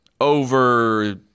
over